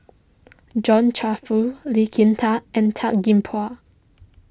John Crawfurd Lee Kin Tat and Tan Gee Paw